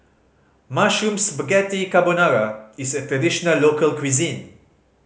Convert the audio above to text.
Mushroom Spaghetti Carbonara is a traditional local cuisine